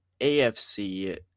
AFC